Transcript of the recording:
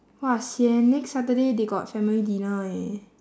!wah! sian next saturday they got family dinner eh